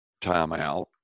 timeout